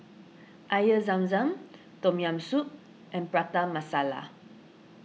Air Zam Zam Tom Yam Oup and Prata Masala